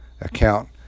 account